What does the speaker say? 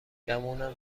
گمونم